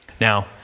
Now